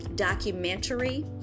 documentary